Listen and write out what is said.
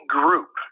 group